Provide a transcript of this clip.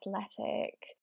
athletic